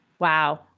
Wow